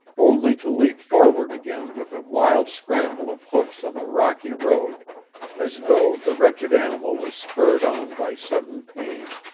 only to leap forward again with a wild scramble of hoofs on the rocky road as though the wretched animal was spurred on by sudden pain,